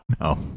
no